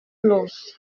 close